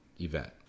event